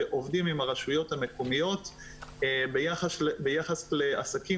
שעובדים עם הרשויות המקומיות ביחס לעסקים